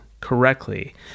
correctly